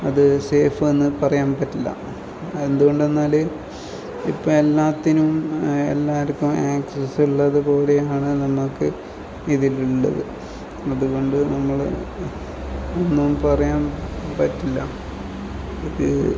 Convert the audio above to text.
അത് സേഫ് എന്ന് പറയാൻ പറ്റില്ല എന്തുകൊണ്ടെന്നാൽ ഇപ്പം എല്ലാത്തിനും എല്ലാവർക്കും ആക്സിസ് ഉള്ളതുപോലെയാണ് നമുക്ക് ഇതിലുള്ളത് അതുകൊണ്ട് നമ്മൾ ഒന്നും പറയാൻ പറ്റില്ല അത്